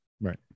right